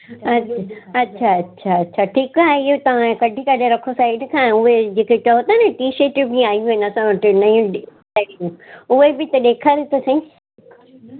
अच्छ अच्छा अच्छा अच्छा ठीकु आहे ऐं इहो तव्हां कढी करे रखो साईड खां उहे जेके चओ था न टी शटूं बि आहियूं आहिनि असां वटि नयूं डिजाईन उहे बि ॾेखारियो त सईं